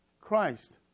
Christ